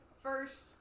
first